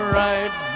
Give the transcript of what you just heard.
right